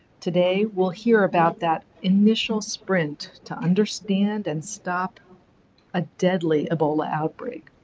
today we'll hear about that initial sprint to understand and stop a deadly ebola outbreak.